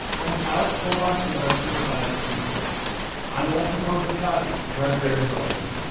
and alex goldmark is our supervising producer i'm alexi horowitz-ghazi and i'm greg rosalsky.